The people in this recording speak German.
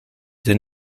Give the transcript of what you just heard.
denn